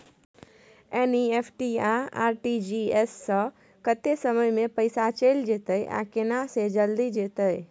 NEFT आ RTGS स कत्ते समय म पैसा चैल जेतै आ केना से जल्दी जेतै?